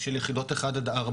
של יחידות 1-4,